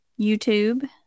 YouTube